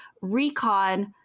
Recon